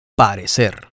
parecer